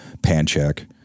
Pancheck